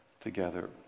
together